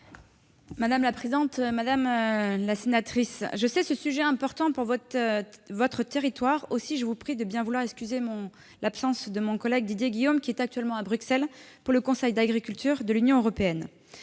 Mme la secrétaire d'État. Madame la sénatrice, je sais ce sujet important pour votre territoire. Aussi, je vous prie de bien vouloir excuser l'absence de mon collègue Didier Guillaume, retenu à Bruxelles pour le Conseil Agriculture de l'Union européenne.